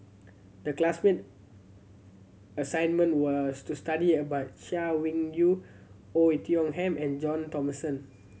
the classmate assignment was to study about Chay Weng Yew Oei Tiong Ham and John Thomson